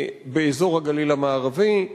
באזור הגליל המערבי,